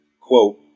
quote